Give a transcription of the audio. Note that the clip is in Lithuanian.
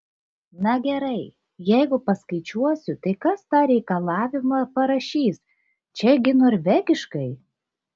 na gerai jeigu paskaičiuosiu tai kas tą reikalavimą parašys čia gi norvegiškai